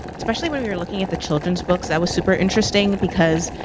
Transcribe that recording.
especially when we were looking at the children's books that was super interesting, because